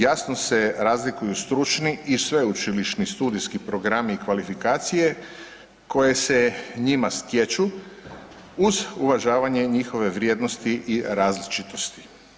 Jasno se razlikuju stručni i sveučilišni studijski programi i kvalifikacije koje se njima stječu uz uvažavanje njihove vrijednosti i različitosti.